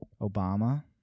Obama